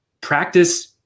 Practice